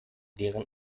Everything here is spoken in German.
deren